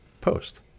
post